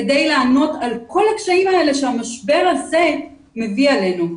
כדי לענות על כל הקשיים האלה שהמשבר הזה מביא עלינו.